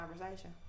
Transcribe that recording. conversation